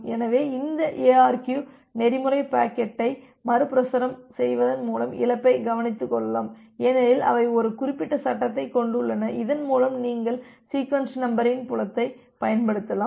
எனவே இந்த எஅர்கியு நெறிமுறை பாக்கெட்டை மறுபிரசுரம் செய்வதன் மூலம் இழப்பைக் கவனித்துக் கொள்ளலாம் ஏனெனில் அவை ஒரு குறிப்பு சட்டத்தைக் கொண்டுள்ளன இதன் மூலம் நீங்கள் சீக்வென்ஸ் நம்பரின் புலத்தைப் பயன்படுத்தலாம்